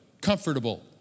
comfortable